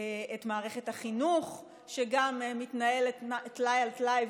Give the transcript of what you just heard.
את מערכת החינוך, שגם מתנהלת טלאי על טלאי.